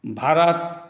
Bharat